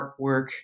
artwork